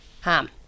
Ham